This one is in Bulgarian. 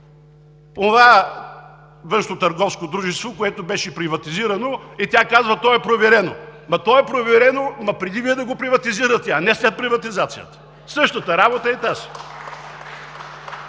онова външнотърговско дружество, което беше приватизирано, за което тя казва: „То е проверено“. То е проверено, но преди Вие да го приватизирате, а не след приватизацията. Същата работа е и тази.